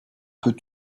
peut